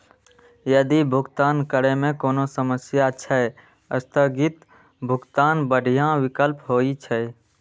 यदि भुगतान करै मे कोनो समस्या छै, ते स्थगित भुगतान बढ़िया विकल्प होइ छै